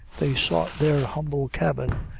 they sought their humble cabin,